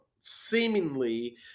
seemingly